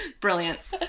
Brilliant